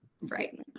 right